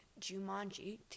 Jumanji